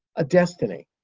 a destiny.